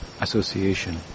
association